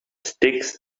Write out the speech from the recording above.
sticks